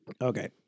Okay